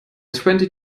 twenty